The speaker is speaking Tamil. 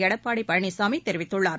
எடப்பாடி பழனிசாமி தெரிவித்துள்ளார்